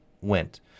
went